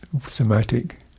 somatic